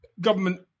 government